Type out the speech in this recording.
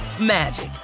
magic